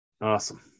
Awesome